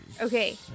Okay